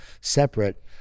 separate